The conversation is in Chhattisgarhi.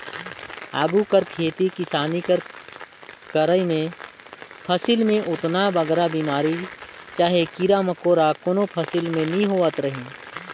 आघु कर खेती किसानी कर करई में फसिल में ओतना बगरा बेमारी चहे कीरा मकोरा कोनो फसिल में नी होवत रहिन